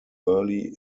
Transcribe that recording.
early